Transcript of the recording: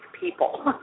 people